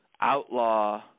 outlaw